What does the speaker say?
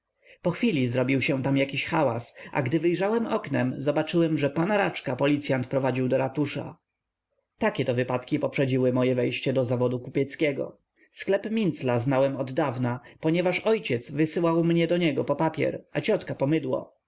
po chwili zrobił się tam jakiś hałas a gdy wyjrzałem oknem zobaczyłem że p raczka policyant prowadził do ratusza takie to wypadki poprzedziły moje wejście do zawodu kupieckiego sklep mincla znałem oddawna ponieważ ojciec wysyłał mnie do niego po papier a ciotka